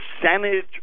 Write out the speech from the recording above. percentage